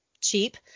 cheap